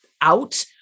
out